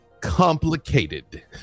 complicated